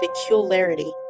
peculiarity